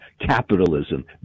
capitalism